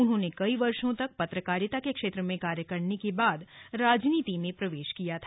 उन्होंने कई वर्षो तक पत्रकारिता के क्षेत्र में कार्य करने के बाद राजनीति में प्रवेश किया था